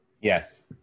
Yes